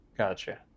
Gotcha